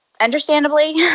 understandably